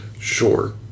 Sure